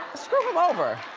screw him over.